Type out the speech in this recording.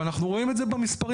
אנחנו רואים את זה במספרים.